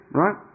right